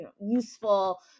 useful